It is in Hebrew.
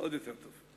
עוד יותר טוב.